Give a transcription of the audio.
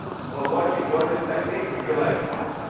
but once you learn this technique, you'll realize, wow,